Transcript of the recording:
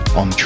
on